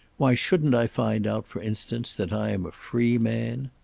why shouldn't i find out, for instance, that i am a free man?